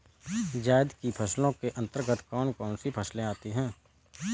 जायद की फसलों के अंतर्गत कौन कौन सी फसलें आती हैं?